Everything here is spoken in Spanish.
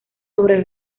sobre